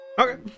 Okay